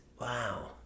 Wow